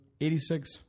86